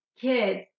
kids